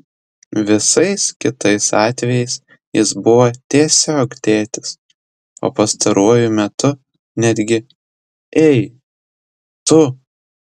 visais kitais atvejais jis buvo tiesiog tėtis o pastaruoju metu netgi ei tu